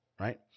right